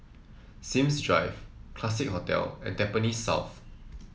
Sims Drive Classique Hotel and Tampines South